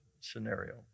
scenario